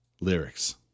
lyrics